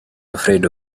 afraid